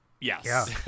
Yes